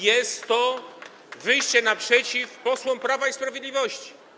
Jest to wyjście naprzeciw posłom Prawa i Sprawiedliwości.